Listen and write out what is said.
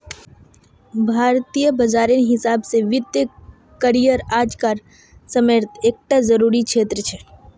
भारतीय बाजारेर हिसाब से वित्तिय करिएर आज कार समयेत एक टा ज़रूरी क्षेत्र छे